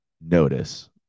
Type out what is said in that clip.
notice